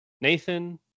Nathan